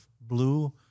blue